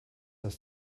das